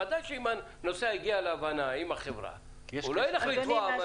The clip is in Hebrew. בוודאי שאם הנוסע הגיע להבנה עם החברה הוא לא ילך לתבוע.